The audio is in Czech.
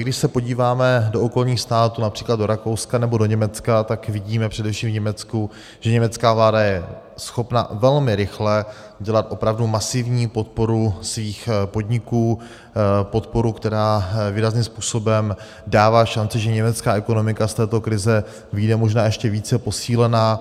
Když se podíváme do okolních států, například do Rakouska nebo do Německa, tak vidíme především v Německu, že německá vláda je schopna velmi rychle dělat opravdu masivní podporu svých podniků, podporu, která výrazným způsobem dává šanci, že německá ekonomika z této krize vyjde možná ještě více posílena.